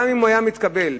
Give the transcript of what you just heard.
גם אם הוא היה מתקבל במלואו,